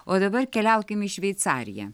o dabar keliaukim į šveicariją